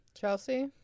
Chelsea